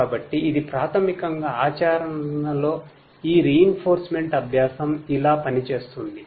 కాబట్టి ఇది ప్రాథమికంగా ఆచరణలో ఈ రీఇనెఫొరుస్మెంట్ అభ్యాసం ఇలా పని చేస్తుంది